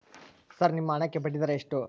Sir ನಿಮ್ಮ ಹಣಕ್ಕೆ ಬಡ್ಡಿದರ ಎಷ್ಟು?